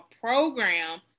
program